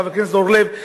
חבר כנסת אורלב,